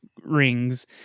rings